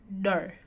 No